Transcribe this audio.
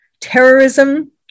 terrorism